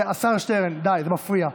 השר שטרן, די, זה מפריע.